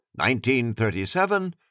1937